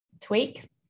tweak